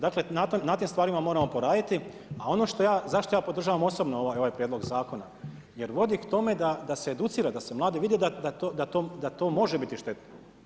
Dakle, na tim stvarima moramo poraditi, a ono zašto ja podržavam osobno ovaj prijedlog zakona jer vodi k tome da se educira, da mladi vide da to može biti štetno.